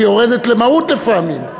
שהיא יורדת למהות לפעמים,